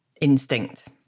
instinct